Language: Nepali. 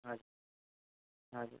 हजुर हजुर